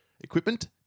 equipment